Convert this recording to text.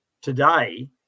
Today